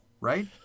right